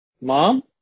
mom